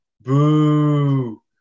Boo